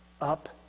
up